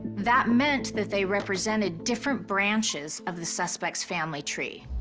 that meant that they represented different branches of the suspect's family tree.